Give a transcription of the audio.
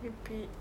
habit